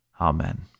Amen